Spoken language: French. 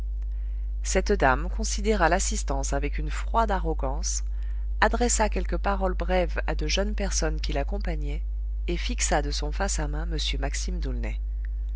cette dame considéra l'assistance avec une froide arrogance adressa quelques paroles brèves à de jeunes personnes qui l'accompagnaient et fixa de son face à main m maxime